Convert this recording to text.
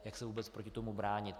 Jak se vůbec proti tomu bránit.